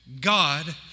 God